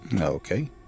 Okay